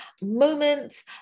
moment